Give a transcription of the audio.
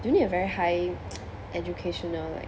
you need a very high educational like